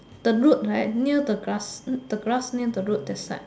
the root right near the grass the grass near the root that side